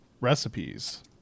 recipes